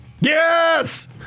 Yes